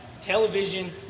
television